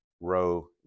row